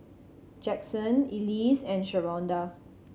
Jaxson Elise and Sharonda